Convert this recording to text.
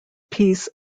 piece